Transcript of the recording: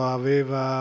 aveva